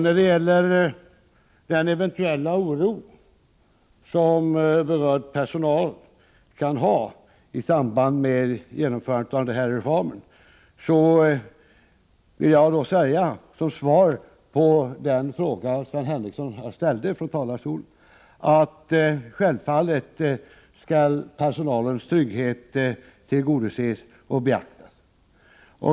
När det gäller den eventuella oro som den berörda personalen kan ha i samband med genomförandet av reformen vill jag säga, som svar på Sven Henricssons fråga, att personalens trygghet självfallet skall tillgodoses och beaktas.